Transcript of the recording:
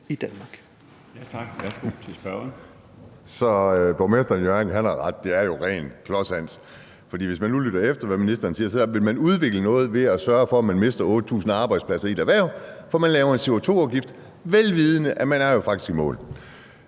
borgmesteren i Hjørring har ret. Det er jo ren klodshans, for hvis man nu lytter efter, hvad ministeren siger, vil man udvikle noget ved at sørge for, at man mister 8.000 arbejdspladser i et erhverv. For man laver en CO2-afgift, vel vidende at man faktisk er i mål.